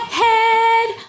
head